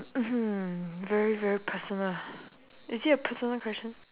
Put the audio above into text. mmhmm very very personal is it a personal question